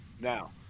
now